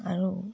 আৰু